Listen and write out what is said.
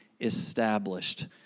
established